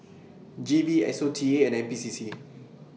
G V S O T A and N P C C